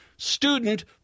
Student